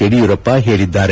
ಯಡಿಯೂರಪ್ಪ ಹೇಳಿದ್ದಾರೆ